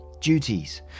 Duties